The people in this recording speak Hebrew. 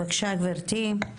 בבקשה גבירתי,